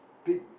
big